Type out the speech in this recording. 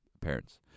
parents